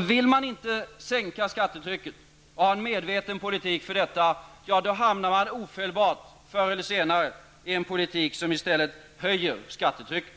Vill man sänka skattetrycket men inte har en medveten politik för att sänka det, hamnar man ofelbart förr eller senare i en politik som i stället höjer skattetrycket.